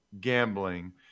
gambling